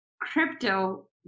crypto